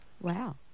Wow